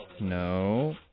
No